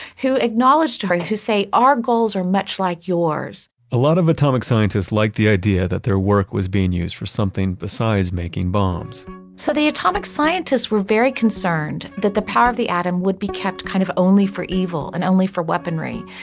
who acknowledged her to say, our goals are much like yours a lot of atomic scientists liked the idea that their work was being used for something besides making bombs so the atomic scientists were very concerned that the power of the atom would be kept kind of only for evil and only for weaponry,